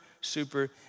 super